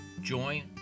join